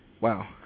wow